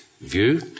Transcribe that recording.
view